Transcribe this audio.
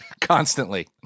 constantly